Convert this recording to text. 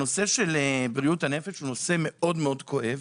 הנושא של בריאות הנפש הוא נושא מאוד כואב.